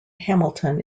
hamilton